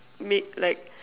made like